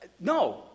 No